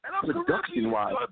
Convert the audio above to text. Production-wise